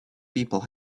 people